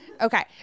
Okay